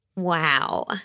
Wow